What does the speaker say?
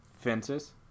Fences